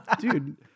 dude